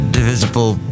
Divisible